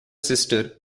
sister